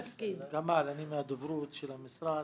כמאל, אני מהדוברות של המשרד.